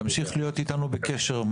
תמשיך להיות איתנו בקשר.